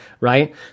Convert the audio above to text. right